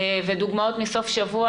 ודוגמאות מסוף שבוע,